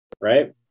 right